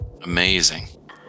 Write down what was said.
Amazing